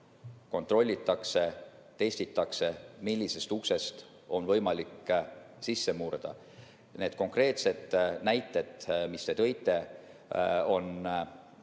kontrollitakse ja testitakse, millisest uksest on võimalik sisse murda. Need konkreetsed näited, mis te tõite, on